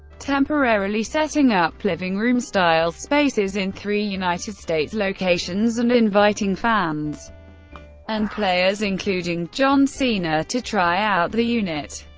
temporarily setting up living-room style spaces in three united states locations and inviting fans and players, including john cena, to try out the unit.